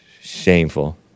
Shameful